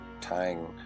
tying